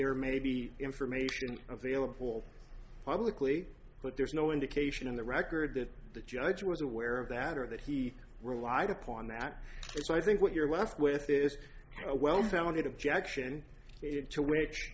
there may be information available publicly but there's no indication in the record that the judge was aware of that or that he relied upon that so i think what you're left with is a well founded objection to which